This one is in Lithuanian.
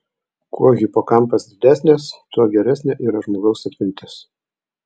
kuo hipokampas didesnės tuo geresnė yra žmogaus atmintis